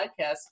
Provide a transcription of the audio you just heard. podcast